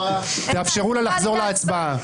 תאפשרו לה לחזור להצבעה.